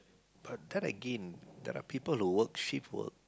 but then again there are people who work shift work